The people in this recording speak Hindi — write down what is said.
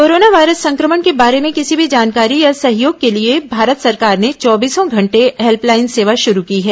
कोरोना वायरस संक्रमण के बारे में किंसी भी जानकारी या सहयोग के लिए भारत सरकार ने चौबीसों घंटे हेल्पलाइन सेवा शुरू की है